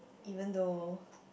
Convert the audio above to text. even though